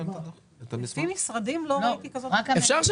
לפי משרדים לא ראיתי כזאת בקשה.